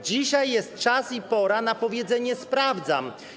Dzisiaj jest czas i pora na powiedzenie: sprawdzam.